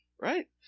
Right